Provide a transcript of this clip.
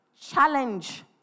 challenge